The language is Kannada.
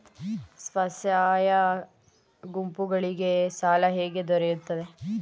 ಸ್ವಸಹಾಯ ಗುಂಪುಗಳಿಗೆ ಸಾಲ ಹೇಗೆ ದೊರೆಯುತ್ತದೆ?